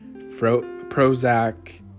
Prozac